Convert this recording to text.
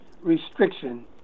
restriction